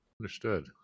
Understood